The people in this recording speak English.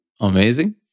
Amazing